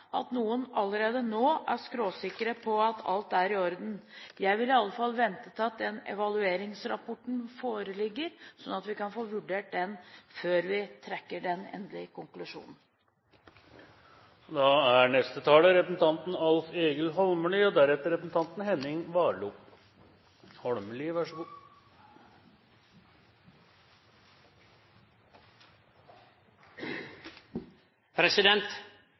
at noen allerede nå er skråsikre på at alt er i orden. Jeg vil iallfall vente til evalueringsrapporten foreligger, sånn at vi kan få vurdert den før vi trekker den endelige konklusjonen. Det er synd å måtte bruke taletid til å rette ein feil så